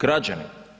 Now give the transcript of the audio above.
Građani.